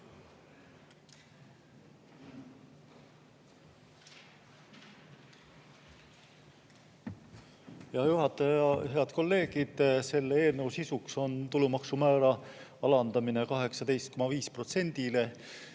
Hea juhataja! Head kolleegid! Selle eelnõu sisuks on tulumaksumäära alandamine 18,5%-le